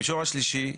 המישור השלישי,